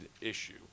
issue